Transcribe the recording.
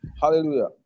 Hallelujah